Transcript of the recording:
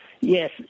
Yes